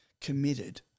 committed